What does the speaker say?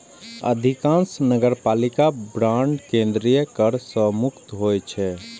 अधिकांश नगरपालिका बांड केंद्रीय कर सं मुक्त होइ छै